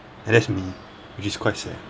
and that's me which is quite sad